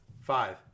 Five